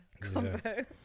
combo